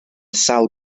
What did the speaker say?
sawl